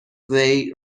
they